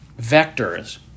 vectors